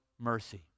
mercy